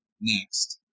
next